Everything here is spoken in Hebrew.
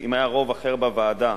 אם היה רוב אחר בוועדה,